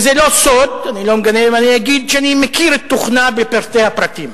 זה לא סוד אם אני אגיד שאני מכיר את תוכנה בפרטי הפרטים: